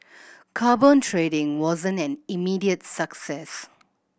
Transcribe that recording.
carbon trading wasn't an immediate success